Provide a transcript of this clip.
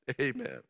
Amen